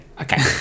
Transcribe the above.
Okay